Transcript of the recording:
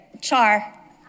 Char